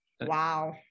Wow